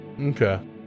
okay